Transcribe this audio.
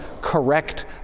correct